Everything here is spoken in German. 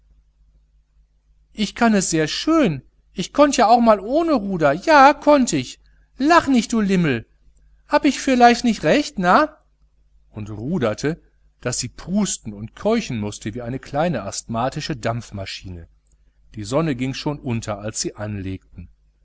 ich kann es sehr schön ich konnt ja auch mal ohne ruder ja konnt ich lach nich du limmel hab ich fürleichs nicht recht na und ruderte daß sie prusten und keuchen mußte wie eine kleine asthmatische dampfmaschine die sonne ging schon unter als sie anlegten